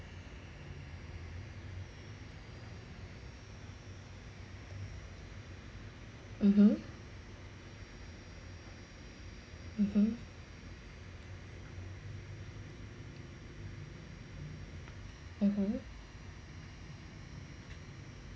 (uh huh) (uh huh) (uh huh)